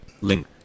Link